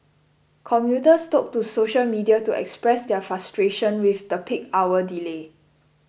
commuters took to social media to express their frustration with the peak hour delay